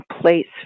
place